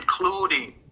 including